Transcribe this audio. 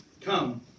come